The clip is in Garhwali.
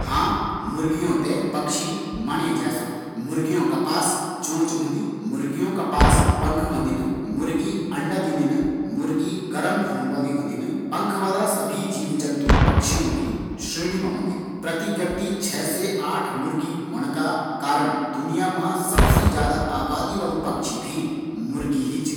हाँ मुर्गीयो ते पक्षी माणये जै सकदु, मुर्गीयों का पास चोंच होंदी मुर्गीयो का पास पँख होदिन, मुर्गी अंडा दीदिन, मुर्गी गर्म खून वाळी होदिन। पँख वाळा सभी जीव पक्षियों की श्रेणी मा औदिन। प्रति व्यक्ति छ से आठ मुर्गी होण कगा वजह सी दुनिया मा सबसी आबादी वालू पक्षी भी मुर्गी ही च।